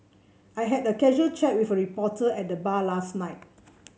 I had a casual chat with a reporter at the bar last night